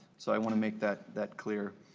so i want to make that that clear.